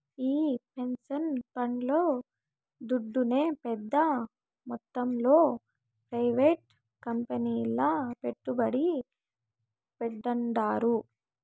ఈ పెన్సన్ పండ్లు దుడ్డునే పెద్ద మొత్తంలో ప్రైవేట్ కంపెనీల్ల పెట్టుబడి పెడ్తాండారు